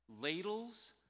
Ladles